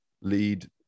lead